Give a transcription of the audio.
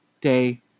day